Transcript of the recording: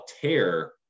tear